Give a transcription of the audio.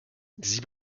sie